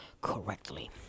correctly